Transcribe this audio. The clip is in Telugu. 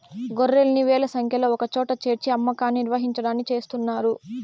గొర్రెల్ని వేల సంఖ్యలో ఒకచోట చేర్చి అమ్మకాన్ని నిర్వహించడాన్ని చేస్తున్నారు